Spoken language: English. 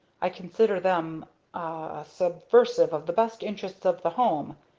i consider them ah subversive of the best interests of the home!